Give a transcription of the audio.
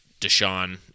Deshaun